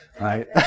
right